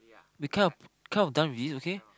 we kind of kind of done with this okay